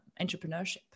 entrepreneurship